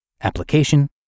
Application